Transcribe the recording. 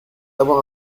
d’avoir